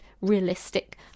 realistic